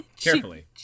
Carefully